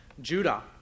Judah